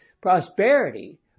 Prosperity